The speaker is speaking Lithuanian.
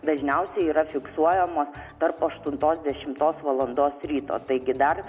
dažniausiai yra fiksuojamos tarp aštuntos dešimtos valandos ryto taigi dar